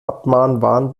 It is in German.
abmahnwahn